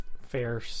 fair